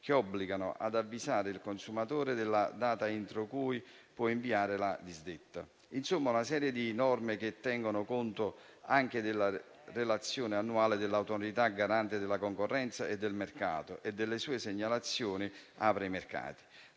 che obbligano ad avvisare il consumatore della data entro cui può inviare la disdetta. In sostanza, si tratta di norme che tengono conto anche della relazione annuale dell'Autorità garante della concorrenza e del mercato e delle sue segnalazioni. È una